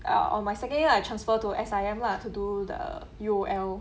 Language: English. uh on my secondary year I transfer to S_I_M lah to do the U_O_L